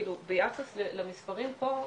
כאילו ביחס למספרים פה,